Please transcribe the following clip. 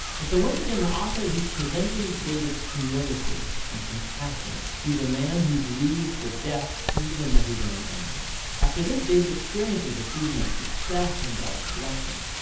and so once again the author is presenting david's humility and compassion he's a man who grieves the death even of his own enemies. after this, david experiences a season of success and god's blessing.